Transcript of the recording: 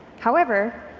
however,